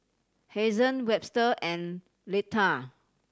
Hazen Webster and Leitha